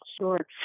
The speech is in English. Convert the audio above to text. Sure